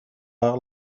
عقل